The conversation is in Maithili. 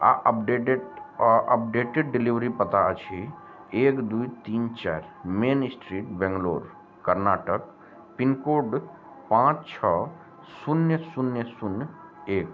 आओर अपडेडेट अपडेटेड डिलिवरी पता अछि एक द्वी तीन चारि main street Bangalore Karnataka pin code पाँच छओ शून्य शून्य शून्य एक